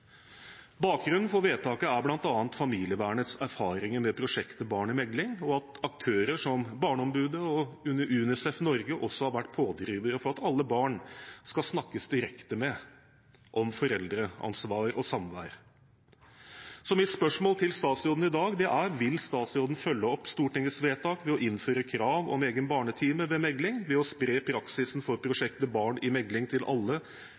Bakgrunnen for vedtaket er bl.a. familievernets erfaringer med prosjektet Barn i mekling, og at aktører som Barneombudet og UNICEF Norge også har vært pådrivere for at alle barn skal snakkes direkte med om foreldreansvar og samvær. Så mitt spørsmål til statsråden i dag er: Vil statsråden følge opp Stortingets vedtak ved å innføre krav om egen barnetime ved mekling ved å spre praksisen for prosjektet Barn i mekling til alle